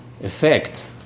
effect